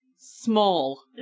Small